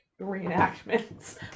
reenactments